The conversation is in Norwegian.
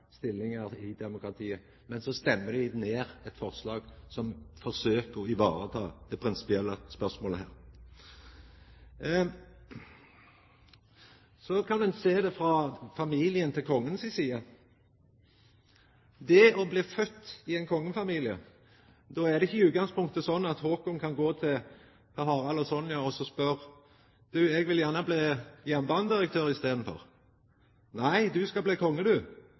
stillingar i demokratiet, men så stemmer dei ned eit forslag som forsøker å ivareta det prinsipielle spørsmålet her. Så kan ein sjå det frå familien til kongen si side. Blir ein fødd i ein kongefamilie, er det ikkje i utgangspunktet slik at Haakon kan gå til Harald og Sonja og seia: Du, eg vil gjerne bli jernbanedirektør i staden. Nei, du skal bli